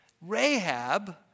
Rahab